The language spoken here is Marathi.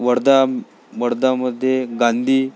वर्धा वर्धामध्ये गांधी